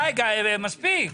די, מספיק.